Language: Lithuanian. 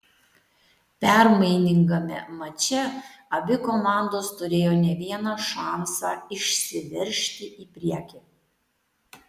permainingame mače abi komandos turėjo ne vieną šansą išsiveržti į priekį